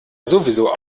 sowieso